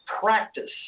practice